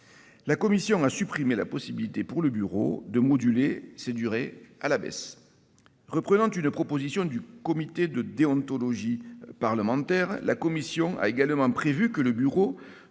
La commission a supprimé la possibilité pour le bureau de moduler ces durées à la baisse. Reprenant une proposition du comité de déontologie parlementaire, la commission a également prévu que le bureau